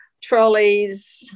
trolleys